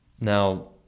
Now